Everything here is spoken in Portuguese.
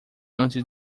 antes